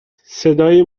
صدای